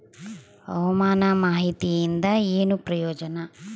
ಹವಾಮಾನ ಮಾಹಿತಿಯಿಂದ ಏನು ಪ್ರಯೋಜನ?